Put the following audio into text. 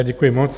Děkuji moc.